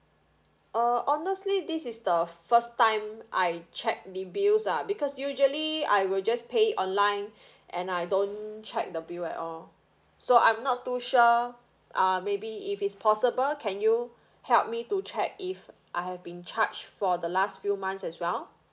uh honestly this is the first time I check bill bills lah because usually I will just pay online and I don't check the bill at all so I'm not too sure uh maybe if it's possible can you help me to check if I've been charged for the last few months as well